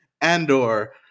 Andor